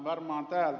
varmaan täältä